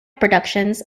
productions